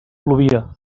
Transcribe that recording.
plovia